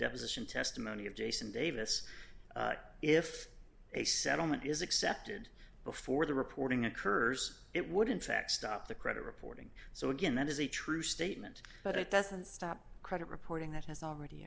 ition testimony of jason davis if a settlement is accepted before the reporting occurs it would in fact stop the credit reporting so again that is a true statement but it doesn't stop credit reporting that has already